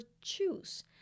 choose